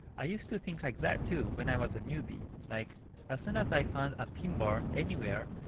i used to think like that, too when i was a newbie, like as soon as i found a pin bar anywhere,